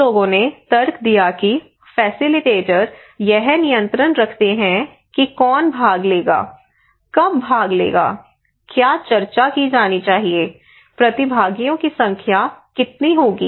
कुछ लोगों ने तर्क दिया कि फैसिलिटेटर यह नियंत्रण रखते हैं कि कौन भाग लेगा कब भाग लेगा क्या चर्चा की जानी चाहिए प्रतिभागियों की संख्या कितनी होगी